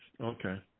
Okay